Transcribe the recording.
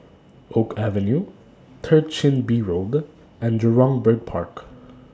Oak Avenue Third Chin Bee Road and Jurong Bird Park